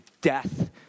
death